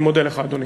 אני מודה לך, אדוני.